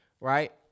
right